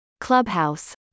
clubhouse